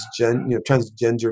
transgender